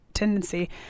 tendency